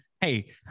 hey